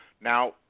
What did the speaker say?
Now